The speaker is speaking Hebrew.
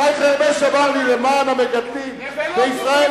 שי חרמש אמר לי: למען המגדלים בישראל,